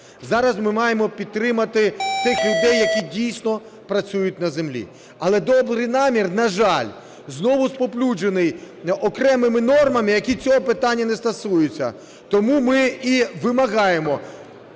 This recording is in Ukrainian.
Зараз ми маємо підтримати тих людей, які дійсно працюють на землі. Але добрий намір, на жаль, знову спаплюжений окремими нормами, які цього питання не стосуються. Тому ми і вимагаємо: